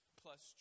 plus